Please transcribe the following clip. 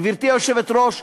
גברתי היושבת-ראש,